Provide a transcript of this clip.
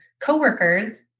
coworkers